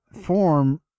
form